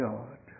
God